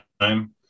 time